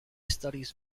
studies